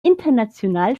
international